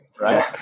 right